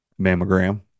mammogram